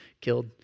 killed